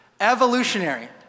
evolutionary